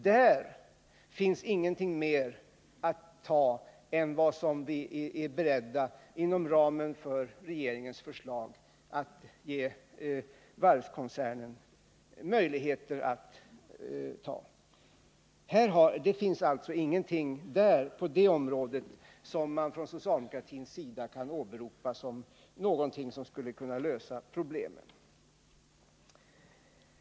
Där finns ingenting mer att ta utöver det som vi är beredda att inom ramen för regeringens förslag ge varvskoncernen möjligheter till. Det finns alltså ingenting på det området som man från socialdemokratins sida kan åberopa när det gäller att lösa problemen.